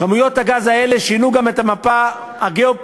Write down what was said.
כמויות הגז האלה שינו גם את המפה הגיאו-פוליטית.